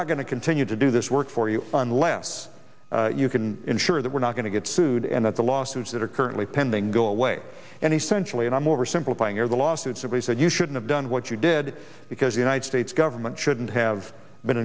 not going to continue to do this work for you unless you can ensure that we're not going to get sued and that the lawsuits that are currently pending go away and essentially and i'm oversimplifying are the lawsuit simply said you should have done what you did because the united states government shouldn't have been